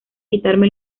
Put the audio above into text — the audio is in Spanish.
quitarme